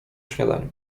śniadaniu